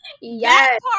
Yes